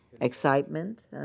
excitement